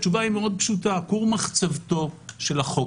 התשובה היא מאוד פשוטה: כור מחצבתו של החוק